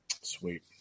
Sweet